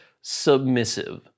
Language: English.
submissive